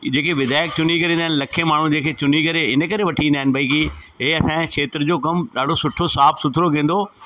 जेके विधायक चुनी करे ईंदा आहिनि लखे माण्हू जेके चुनी करे इन करे वठी ईंदा आहिनि भई की इहे असांजो खेत्र जो कमु ॾाढो सुठो साफ़ु सुथिरो कंदो